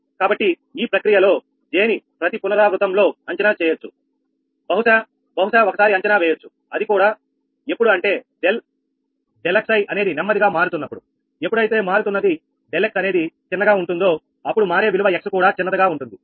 కాబట్టి ఈ ప్రక్రియలో J ని ప్రతి పునరావృతం లో అంచనా వేయొచ్చు బహుశా బహుశా ఒకసారి అంచనా వేయొచ్చు అది కూడా ఎప్పుడు అంటే ∆𝑥i అనేది నెమ్మదిగా మారుతున్నప్పుడు ఎప్పుడైతే మారుతున్నది ∆𝑥 అనేది చిన్నగా ఉంటుందో అప్పుడు మారే విలువ x కూడా చిన్నదిగా ఉంటుంది